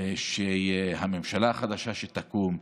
היה שהממשלה החדשה שתקום,